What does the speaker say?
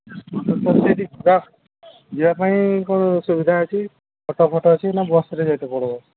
ଯିବା ପାଇଁ କ'ଣ ସୁବିଧା ଅଛି ଅଟୋ ଫଟୋ ଅଛି ନା ବସ୍ରେ ଯାଇତେ ପଡ଼ିବ